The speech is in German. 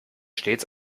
stets